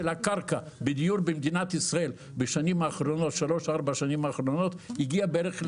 הקרקע בדיור במדינת ישראל בשלוש-ארבע השנים האחרונות הגיע בערך ל-50%.